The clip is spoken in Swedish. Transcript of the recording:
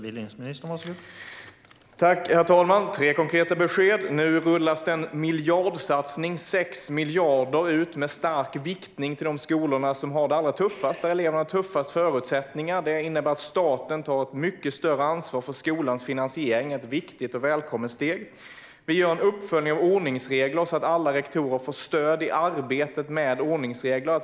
Herr talman! Tre konkreta besked: Nu rullas miljardsatsningen på 6 miljarder ut med stark viktning mot de skolor där eleverna har de allra tuffaste förutsättningarna. Det innebär att staten tar ett mycket större ansvar för skolans finansiering. Det är ett viktigt och välkommet steg. Vi gör en uppföljning av ordningsregler så att alla rektorer får stöd i arbetet med ordningsregler.